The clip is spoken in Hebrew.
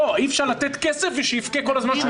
בוא - אי אפשר לתת כסף, ושיבכה כל הזמן שהוא קורס.